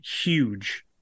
huge